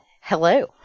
hello